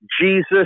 Jesus